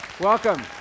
Welcome